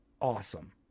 awesome